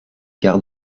gares